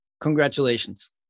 Congratulations